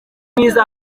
mwiza